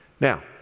Now